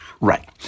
Right